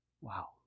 Wow